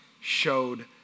showed